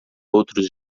outros